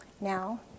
Now